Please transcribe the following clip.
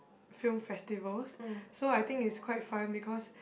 film festivals so I think it's quite fun because